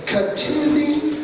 Continuing